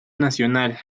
nacional